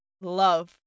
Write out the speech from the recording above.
love